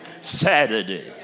Saturday